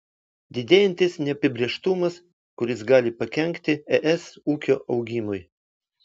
didėjantis neapibrėžtumas kuris gali pakenkti es ūkio augimui